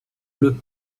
bleus